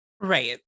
Right